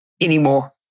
anymore